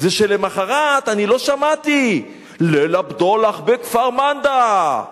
זה שלמחרת אני לא שמעתי "ליל הבדולח בכפר-מנדא",